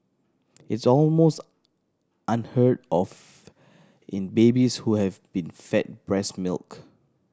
it's almost unheard of in babies who have been fed breast milk